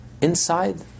inside